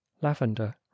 Lavender